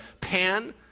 pan